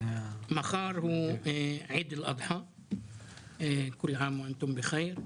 מחר הוא עיד אל אדחה (כול העאם ואנטום בחיר).